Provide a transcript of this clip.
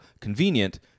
convenient